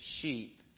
sheep